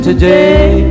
Today